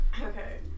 Okay